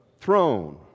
throne